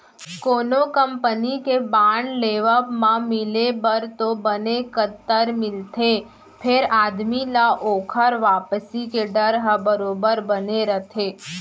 कोनो कंपनी के बांड लेवब म मिले बर तो बने कंतर मिलथे फेर आदमी ल ओकर वापसी के डर ह बरोबर बने रथे